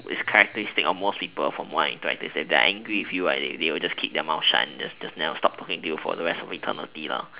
is characteristic on most people when what I interact they're they're angry with you they they will keep their mouth shut and just just stop talking to you for rest of the eternity